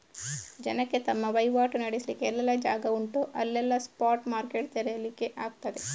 ಜನಕ್ಕೆ ತಮ್ಮ ವೈವಾಟು ನಡೆಸ್ಲಿಕ್ಕೆ ಎಲ್ಲೆಲ್ಲ ಜಾಗ ಉಂಟೋ ಅಲ್ಲೆಲ್ಲ ಸ್ಪಾಟ್ ಮಾರ್ಕೆಟ್ ತೆರೀಲಿಕ್ಕೆ ಆಗ್ತದೆ